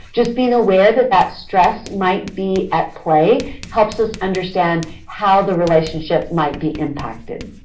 just being aware that that stress might be at play helps us understand how the relationship might be impacted.